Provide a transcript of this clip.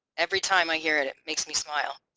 every time i hear it it makes me smile.